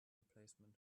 replacement